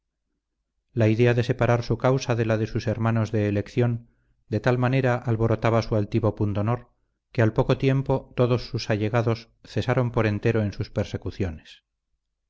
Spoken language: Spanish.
la idea de separar su causa de la de sus hermanos de elección de tal manera alborotaba su altivo pundonor que al poco tiempo todos sus allegados cesaron por entero en sus persecuciones